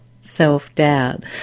self-doubt